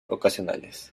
ocasionales